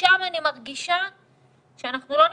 שם אני מרגישה שאנחנו לא נמצאים,